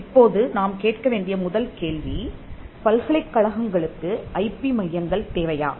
இப்போது நாம் கேட்க வேண்டிய முதல் கேள்வி பல்கலைக்கழகங்களுக்கு ஐபி மையங்கள் தேவையா